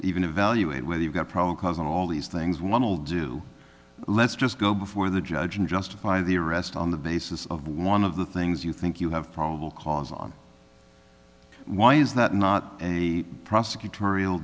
even evaluate whether you've got a problem causing all these things one will do let's just go before the judge and justify the arrest on the basis of one of the things you think you have probable cause on why is that not a prosecutor